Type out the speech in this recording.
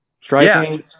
striking